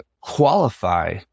qualify